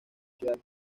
ciudad